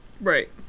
Right